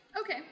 Okay